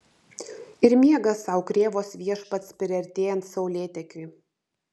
ir miega sau krėvos viešpats priartėjant saulėtekiui